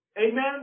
amen